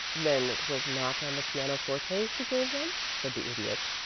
then it was not on the piano-forte she gave them? said the idiot.